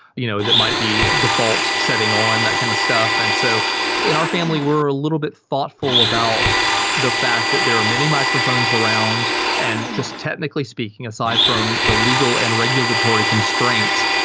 you know that might be default setting on, that kind of stuff. and so in our family, we're a little bit thoughtful about the fact that there are many microphones around and, just technically speaking, aside from the legal and regulatory constraints,